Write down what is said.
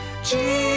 Jesus